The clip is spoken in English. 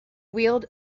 wheeled